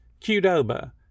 Qdoba